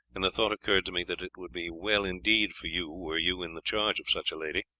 and the thought occurred to me that it would be well indeed for you were you in the charge of such a lady.